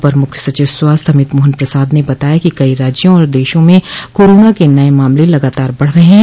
अपर मुख्य सचिव स्वास्थ्य अमित मोहन प्रसाद ने बताया कि कई राज्यों और देशों में कोरोना के नये मामले लगातार बढ़ रहे हैं